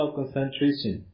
concentration